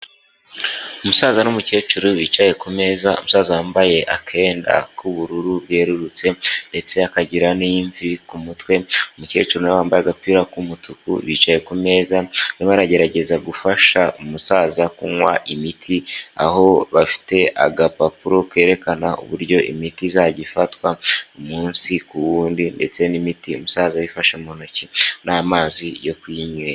Umusaza n'umukecuru bicaye ku meza, umusaza wambaye akenda k'ubururu bwerurutse, ndetse akagira n'imvi ku mutwe, umukecuru nawe wambaye agapira k'umutuku bicaye ku meza, arimo aragerageza gufasha umusaza kunywa imiti, aho bafite agapapuro kerekana uburyo imiti izajya ifatwa umunsi ku wundi, ndetse n'imiti umusaza ayifashe mu ntoki na mazi yo kuyinywe...